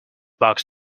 bugs